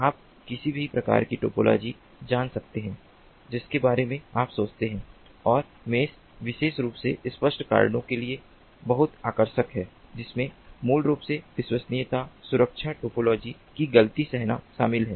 आप किसी भी प्रकार की टोपोलॉजी जान सकते हैं जिसके बारे में आप सोच सकते हैं और मेष विशेष रूप से स्पष्ट कारणों के लिए बहुत आकर्षक है जिसमें मूल रूप से विश्वसनीयता सुरक्षा टोपोलॉजी की गलती सहना शामिल है